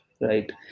Right